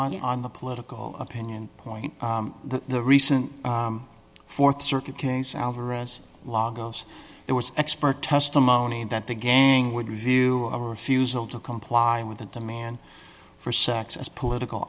the on the political opinion point the recent th circuit case alvarez law goes there was expert testimony that the gang would view a refusal to comply with the demand for sex as political